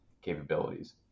capabilities